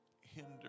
hinder